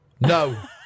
No